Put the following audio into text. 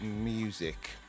music